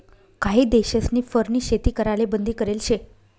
काही देशस्नी फरनी शेती कराले बंदी करेल शे